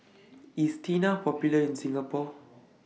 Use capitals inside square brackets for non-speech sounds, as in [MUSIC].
IS Tena Popular in Singapore [NOISE]